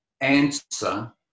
answer